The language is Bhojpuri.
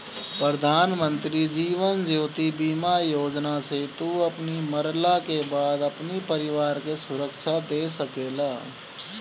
प्रधानमंत्री जीवन ज्योति बीमा योजना से तू अपनी मरला के बाद अपनी परिवार के सुरक्षा दे सकेला